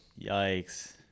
Yikes